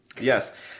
Yes